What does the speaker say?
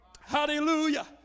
Hallelujah